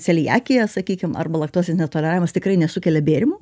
celiakija sakykim arba laktozės netoleravimas tikrai nesukelia bėrimų